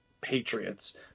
Patriots